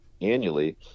annually